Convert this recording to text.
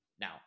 Now